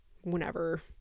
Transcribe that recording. whenever